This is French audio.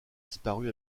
disparu